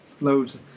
loads